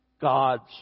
God's